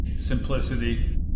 Simplicity